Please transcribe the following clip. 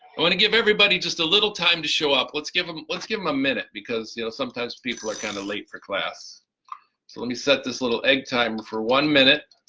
i want to give everybody just a little time to show up. let's give them. let's give them a minute because you know sometimes people are kind of late for class, so let me set this little egg timer for one minute.